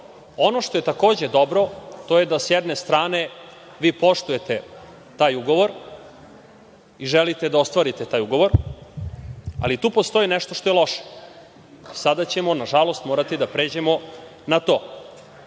Ono što je takođe dobro to je da, sa jedne strane, vi poštujete taj ugovor i želite da ostvarite taj ugovor, ali tu postoji nešto što je loše. Sada ćemo nažalost morati da pređemo na